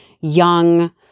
young